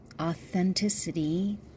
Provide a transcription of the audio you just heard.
authenticity